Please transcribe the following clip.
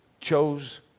chose